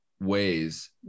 ways